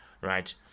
right